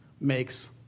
makes